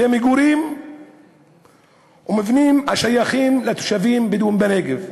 בתי מגורים ומבנים השייכים לתושבים בדואים בנגב.